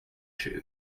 jew